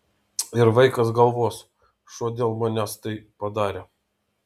ir vaikas galvos šuo dėl manęs tai padarė